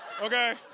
Okay